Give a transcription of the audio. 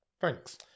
Thanks